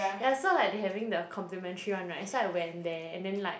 yeah so like they having the complimentary one right so I went there and then like